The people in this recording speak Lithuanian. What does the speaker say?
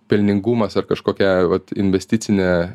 pelningumas ar kažkokia vat investicinė